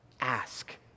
ask